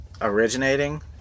originating